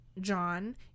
John